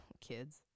kids